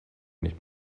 nicht